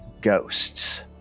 ghosts